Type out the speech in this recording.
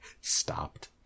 Stopped